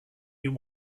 you